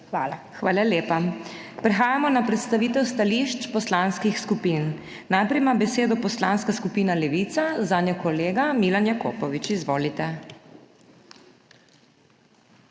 HOT: Hvala lepa. Prehajamo na predstavitev stališč poslanskih skupin. Najprej ima besedo Poslanska skupina Levica, za njo kolega Milan Jakopovič. Izvolite.